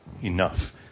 enough